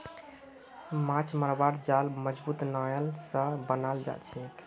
माछ मरवार जाल मजबूत नायलॉन स बनाल जाछेक